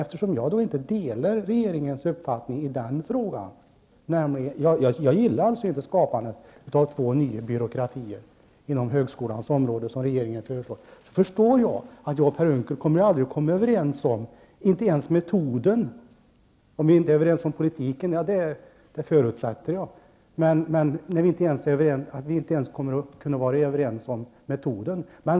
Eftersom jag inte delar regeringens uppfattning i den frågan, eftersom jag inte gillar skapandet av två nya byråkratier inom högskolan, vilket är vad regeringen föreslår, så förstår jag att jag och Per Unckel aldrig kommer att komma överens om metoden -- att vi inte är överens om politiken förutsätter jag.